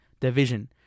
division